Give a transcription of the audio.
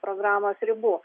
programos ribų